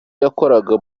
yakoraga